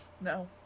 No